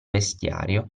vestiario